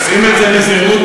שים את זה בזהירות,